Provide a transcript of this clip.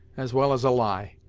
as well as a lie.